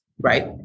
right